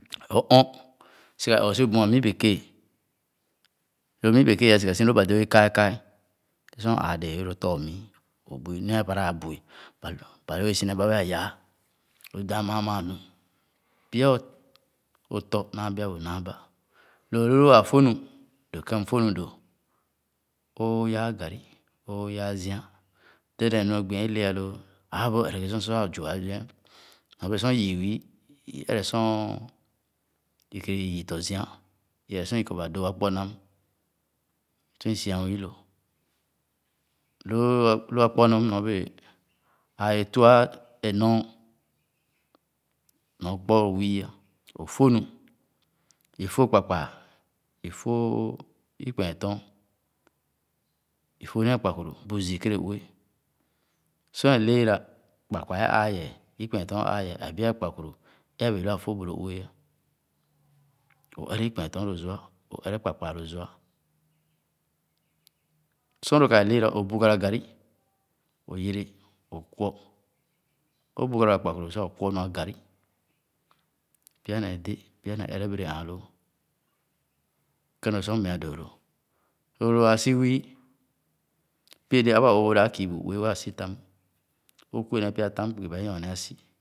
O ɔn, sigha ee o’su buma mii beke. Lō mii beke’a sigha si lōō ba dōō ye “kaikai” ē sor o’ āā dēē e lō tormii, o’hué, néé’a apara abui ba ba wēē ye si nee ba we’a yaa. O’dāān maa maa nu. Pya o’ o’tɔ naa bia bu nààbāh. Lōō lu lōō waa fōh nu dōō kēm fōh nu dō, ōō yaa garri, ōō yaa zia, dɛdɛẹn nu o’gi ē le’a loo, ab’a bēē o’ ere ghe sor su’e wēē zua ahi’e. Nyorbēē sor yii wii, i eresor i kere yii tɔ-zia, i ere sor i kɔ ba dōō akpor-nam. sor i si’an wii lō. Lōō, lō akpor-nam, nyor-béé āā’e lūa e-aɔɔ nɔ o’kpor o,’wii ā, o’foh nu. I fōh kpakpaa, i fōh ikpɛɛtɔn, i foh nee akpakuru bu zii kere nle Sor é leera kpakpaa ē āā yɛɛ, ikpɛɛtɔn aa yɛɛ, abi’a akpakuru é’a bee lu a’foh bu lo ue ē. O’ere ikpɛɛlōn lō gua, o’ ere kpakpaa lō zua. Sor lō ka é leera o’bugara garri, o’yere, o’kwo. O’bugara akpukuru sah o’kwo nua garri pya néé dé, pya néé ere berèh āān lōō. Kēn lō sor mea dōō lō. So lō wāā si wii, pie déé aba-ɔɔ ōō’ dāb kii bu ue we’a sitam; okue nee pya tam-kpugi ba’e nyornr a’si